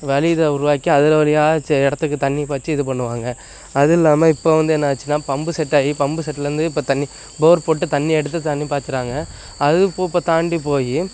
வழி இதை உருவாக்கி அதில் வழி சே இடத்துக்கு தண்ணிப் பாய்ச்சி இது பண்ணுவாங்க அது இல்லாமல் இப்போ வந்து என்ன ஆச்சுன்னா பம்பு செட்டு ஆயி பம்பு செட்டுலேர்ந்து இப்போ தண்ணி போர் போட்டு தண்ணி எடுத்து தண்ணி பாய்ச்சுறாங்க அது இப்போ ப தாண்டிப் போய்